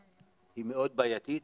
היא מאוד בעייתית,